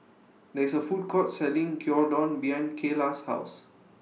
There IS A Food Court Selling Gyudon behind Cayla's House